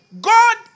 God